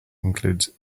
includes